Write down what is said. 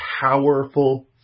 powerful